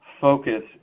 focus